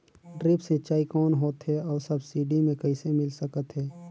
Drip सिंचाई कौन होथे अउ सब्सिडी मे कइसे मिल सकत हे?